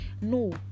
No